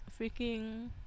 freaking